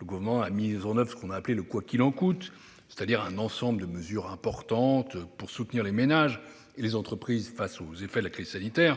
le Gouvernement a mis en oeuvre ce qui a été appelé le « quoi qu'il en coûte », c'est-à-dire un ensemble de mesures importantes pour soutenir les ménages et les entreprises face aux effets de la crise sanitaire,